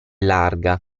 larga